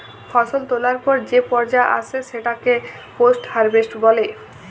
ফসল তোলার পর যে পর্যা আসে সেটাকে পোস্ট হারভেস্ট বলে